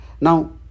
Now